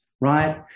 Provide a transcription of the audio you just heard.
right